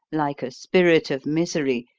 like a spirit of misery,